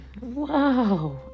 wow